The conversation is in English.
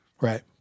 Right